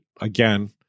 again